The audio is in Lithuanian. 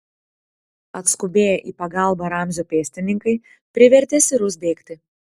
atskubėję į pagalbą ramzio pėstininkai privertė sirus bėgti